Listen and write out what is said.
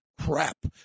crap